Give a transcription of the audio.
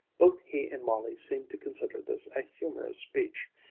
both he and molly seemed to consider this a humorous speech.